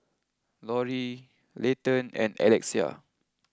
Lori Layton and Alexia